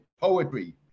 poetry